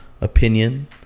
opinion